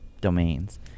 domains